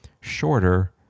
shorter